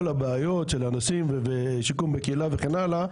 הבעיות של האנשים בשיקום בקהילה וכן הלאה,